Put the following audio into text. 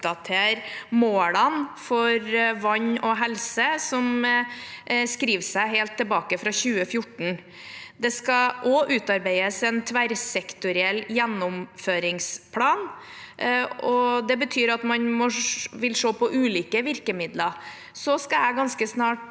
målene for vann og helse, og som skriver seg helt tilbake til 2014. Det skal også utarbeides en tverrsektoriell gjennomføringsplan. Det betyr at man vil se på ulike virkemidler. Så skal jeg ganske snart